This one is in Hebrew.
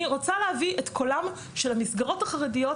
אני רוצה להביא את קולן של המסגרות החרדיות,